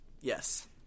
Yes